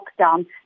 lockdown